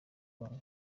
congo